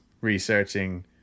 researching